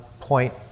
point